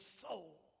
soul